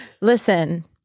Listen